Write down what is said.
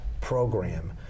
program